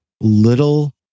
little